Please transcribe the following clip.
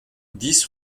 dix